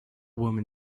woman